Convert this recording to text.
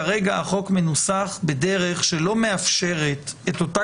כרגע החוק מנוסח בדרך שלא מאפשרת להחריג את אותה